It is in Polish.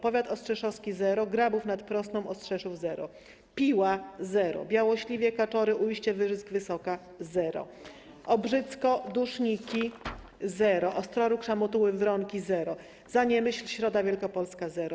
Powiat ostrzeszowski - zero: Grabów nad Prosną, Ostrzeszów - zero, Piła - zero, Białośliwie, Kaczory, Ujście, Wyrzysk, Wysoka - zero, Obrzycko, Duszniki - zero, Ostroróg, Szamotuły, Wronki - zero, Zaniemyśl, Środa Wielkopolska - zero.